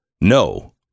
No